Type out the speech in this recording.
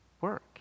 work